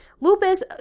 lupus